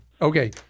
Okay